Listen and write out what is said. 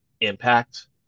impact